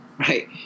Right